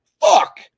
fuck